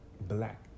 black